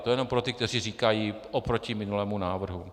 To jenom pro ty, kteří říkají oproti minulému návrhu.